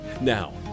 Now